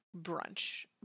brunch